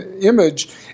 image